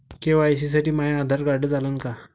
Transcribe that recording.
KYC साठी माह्य Aadhaar card चालन का?